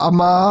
Ama